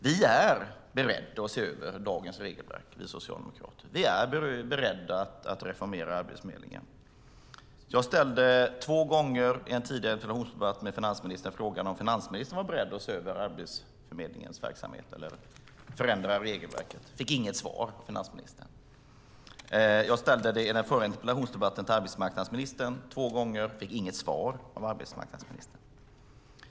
Vi socialdemokrater är beredda att se över dagens regelverk. Vi är beredda att reformera Arbetsförmedlingen. I en tidigare interpellationsdebatt med finansministern ställde jag två gånger frågan om han var beredd att se över Arbetsförmedlingens verksamhet eller förändra regelverket. Jag fick inget svar av finansministern. I den förra interpellationsdebatten ställde jag två gånger den frågan till arbetsmarknadsministern. Jag fick inget svar av arbetsmarknadsministern.